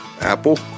apple